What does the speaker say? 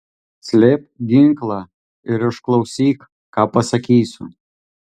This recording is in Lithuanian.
slėpk ginklą ir išklausyk ką pasakysiu